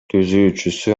түзүүчүсү